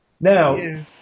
Now